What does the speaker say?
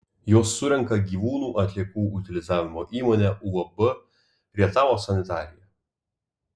juos surenka gyvūnų atliekų utilizavimo įmonė uab rietavo sanitarija